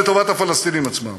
לטובת הפלסטינים עצמם?